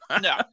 No